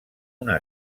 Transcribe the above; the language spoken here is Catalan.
una